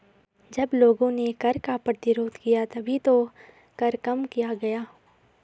जब लोगों ने कर का प्रतिरोध किया तभी तो कर कम किया गया